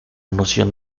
noción